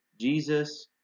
Jesus